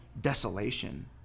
desolation